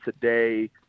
today